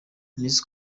miss